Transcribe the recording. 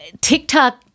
TikTok